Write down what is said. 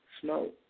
Snow